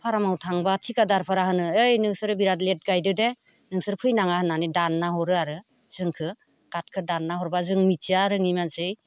फारामाव थांबा थिकादारफोरा होनो ओइ नोंसोरो बिरात लेट गायदोदे नोंसोर फैनाङा होननानै दानना हरो आरो जोंखौ कार्डखौ दानना हरबा जों मिथिया रोङि मानसि